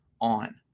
on